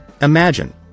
Imagine